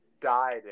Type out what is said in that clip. died